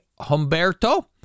Humberto